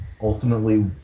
ultimately